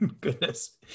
goodness